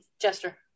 Jester